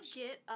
get